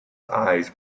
eyes